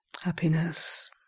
happiness